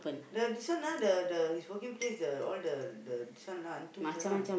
the this one ah the the his working place the all the this one lah hantu lah